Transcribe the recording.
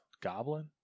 Goblin